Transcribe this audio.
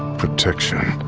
protection.